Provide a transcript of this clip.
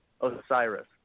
Osiris